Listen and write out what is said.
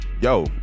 yo